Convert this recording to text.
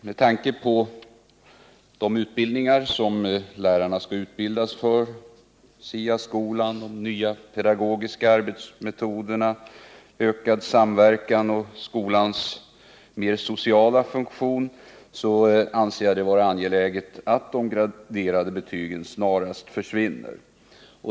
Med tanke på de utbildningar som lärarna skall förberedas för, SIA-skolan, nya pedagogiska arbetsmetoder, den ökade samverkan och skolans mer sociala funktioner anser jag det vara angeläget att de graderade betygen snarast försvinner.